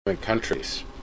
countries